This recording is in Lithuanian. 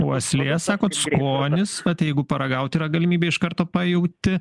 uoslė sakot skonis vat jeigu paragaut yra galimybė iš karto pajauti